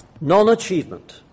non-achievement